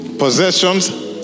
possessions